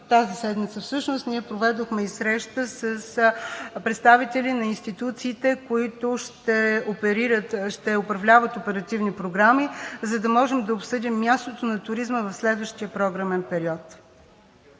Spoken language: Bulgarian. Тази седмица всъщност ние проведохме и среща с представители на институциите, които ще управляват оперативни програми, за да можем да обсъдим мястото на туризма в следващия програмен период.